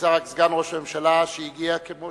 סגן ראש הממשלה, שהגיע כמו